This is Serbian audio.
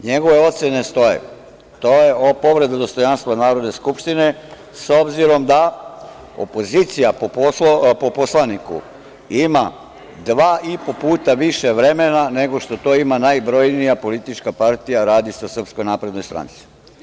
NJegove ocene stoje, to je ova povreda dostojanstva Narodne skupštine, s obzirom da opozicija po poslaniku ima dva i po puta više vremena nego što to ima najbrojnija politička partija, a radi se o SNS.